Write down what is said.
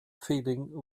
feeling